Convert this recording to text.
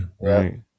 right